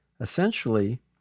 Essentially